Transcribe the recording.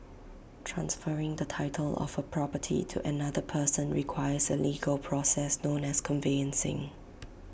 transferring the title of A property to another person requires A legal process known as conveyancing